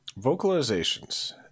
Vocalizations